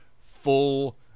full